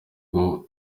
bwo